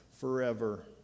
forever